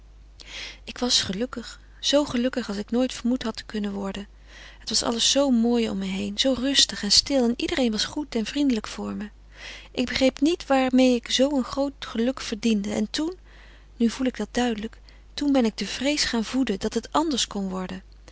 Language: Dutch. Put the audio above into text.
ik was gelukkig zoo gelukkig als ik nooit vermoed had te kunnen worden het was alles zoo mooi om me heen zoo rustig en stil iedereen was goed en vriendelijk voor me ik begreep niet waarmeê ik zulk een groot geluk verdiende en toen nu voel ik dat duidelijk toen ben ik de vrees gaan voeden dat het anders kon worden